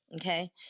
okay